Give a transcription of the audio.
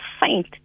faint